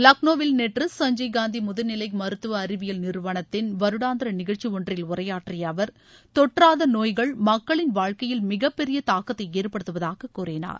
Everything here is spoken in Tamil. லக்னோவில் நேற்று சஞ்சய் காந்தி முதுநிலை மருத்துவ அறிவியல் நிறுவனத்தின் வருடாந்திர நிகழ்ச்சி ஒன்றில் உரையாற்றிய அவர் தொற்றாத நோய்கள் மக்களின் வாழ்க்கையில் மிகப்பெரிய தாக்கத்தை ஏற்படுத்துவதாக கூறினார்